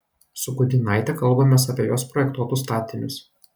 su gudynaite kalbamės apie jos projektuotus statinius